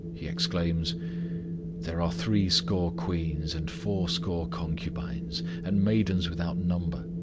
he exclaims there are threescore queens, and fourscore concubines, and maidens without number.